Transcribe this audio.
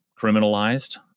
criminalized